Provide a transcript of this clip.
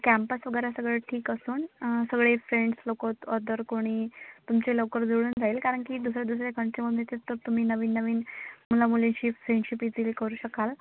campus वगैरे सगळं ठीक असून सगळे फ्रेंड्स लोकं अदर कोणी तुमचे लवकर जोडून जाईल कारण की दुसऱ्या दुसऱ्या कंट्रीमधून येते तर तुम्ही नवीन नवीन मुलामुलींशी फ्रेंडशीप इथे करू शकाल